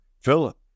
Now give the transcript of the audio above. Philip